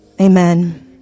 Amen